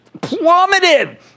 plummeted